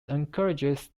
encourages